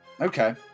okay